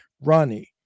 Ronnie